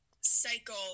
cycle